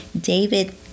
David